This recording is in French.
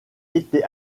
été